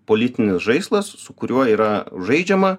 politinis žaislas su kuriuo yra žaidžiama